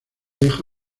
deja